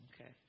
Okay